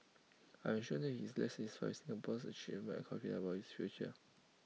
I am sure that he left satisfied with Singapore's achievements and confident about its future